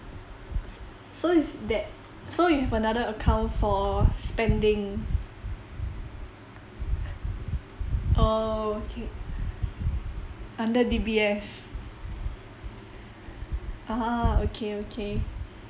s~ s~ so is that so you have another account for spending oh okay under D_B_S (uh huh) okay okay